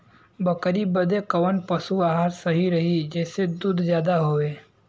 बकरी बदे कवन पशु आहार सही रही जेसे दूध ज्यादा होवे?